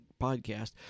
podcast